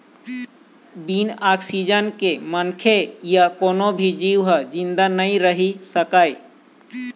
बिन ऑक्सीजन के मनखे य कोनो भी जींव ह जिंदा नइ रहि सकय